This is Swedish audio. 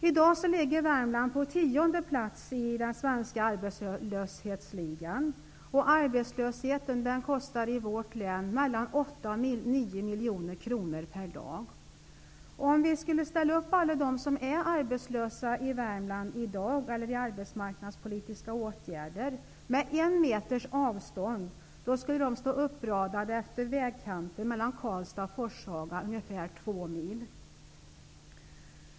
I dag ligger Värmland på tionde plats i den svenska arbetslöshetsligan och arbetslösheten kostar i vårt län mellan 8 och 9 miljoner kronor per dag. Om vi skulle ställa upp alla i Värmland som är arbetslösa eller i arbetsmarknadspolitiska åtgärder med en meters avstånd, skulle de stå uppradade efter vägkanten mellan Karlstad och Forshaga, ungefär två mil.